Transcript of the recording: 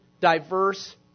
diverse